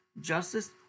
justice